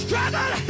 struggle